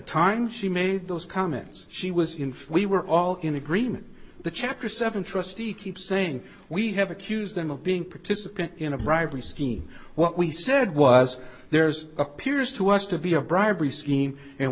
time she made those comments she was we were all in agreement that chapter seven trustee keeps saying we have accused them of being partizan in a bribery scheme what we said was there's appears to us to be a bribery scheme and